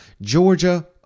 Georgia